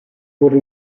wurde